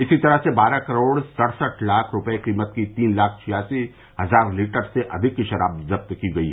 इसी तरह से बारह करोड़ सड़सठ लाख रूपये कीमत की तीन लाख छियासी हजार लीटर से अधिक की शराब जब्त की गयी